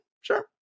sure